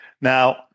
Now